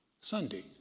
Sunday